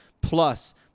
Plus